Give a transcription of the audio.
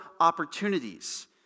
opportunities